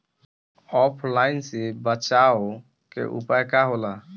ऑफलाइनसे बचाव के उपाय का होला?